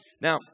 Now